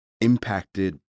impacted